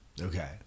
Okay